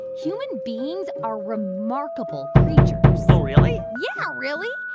human beings are remarkable creatures oh, really? yeah, really.